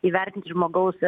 įvertinti žmogaus